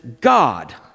God